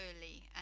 early